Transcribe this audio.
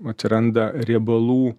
atsiranda riebalų